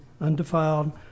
undefiled